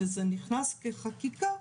וזה נכנס כחקיקה,